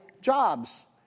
jobs